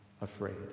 afraid